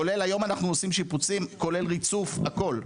כולל היום אנחנו עושים שיפוצים כולל ריצוף הכול,